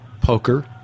poker